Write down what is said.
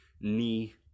knee